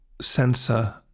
sensor